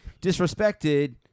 disrespected